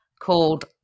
called